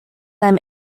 them